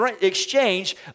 exchange